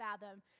fathom